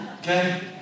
Okay